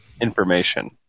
information